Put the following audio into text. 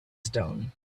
stone